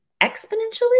exponentially